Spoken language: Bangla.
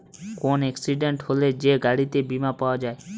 কোন এক্সিডেন্ট হলে যে গাড়িতে বীমা পাওয়া যায়